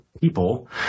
people